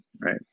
right